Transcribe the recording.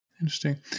Interesting